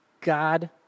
God